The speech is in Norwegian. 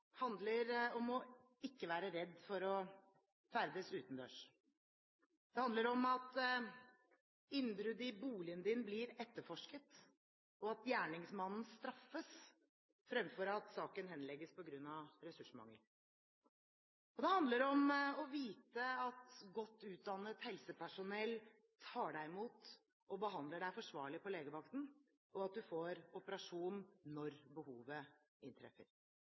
Trygghet handler om ikke å være redd for å ferdes utendørs. Det handler om at innbrudd i boligen din blir etterforsket, og at gjerningsmannen straffes, fremfor at saken henlegges på grunn av ressursmangel. Og det handler om å vite at godt utdannet helsepersonell tar deg imot og behandler deg forsvarlig på legevakten, og at du får operasjon når behovet inntreffer.